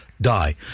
die